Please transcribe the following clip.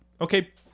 Okay